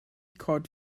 cod